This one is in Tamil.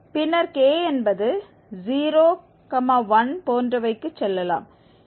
பின்னர் k என்பது 01 போன்றவைக்கு செல்லலாம்